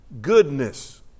goodness